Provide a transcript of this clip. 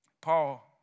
Paul